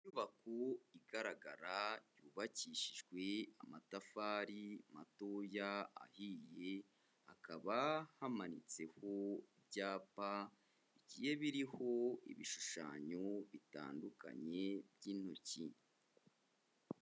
Inyubako igaragara; yubakishijwe amatafari matoya ahiyi, hakaba hamanitseho ibyapa bigiye biriho ibishushanyo bitandukanye by'intoki.